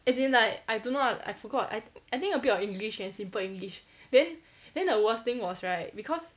as in like I don't know ah I forgot I think I think a bit of english and simple english then then the worst thing was right because